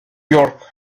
york